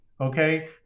Okay